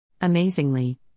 Amazingly